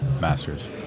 masters